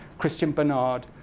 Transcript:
christiaan barnard